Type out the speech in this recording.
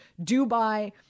Dubai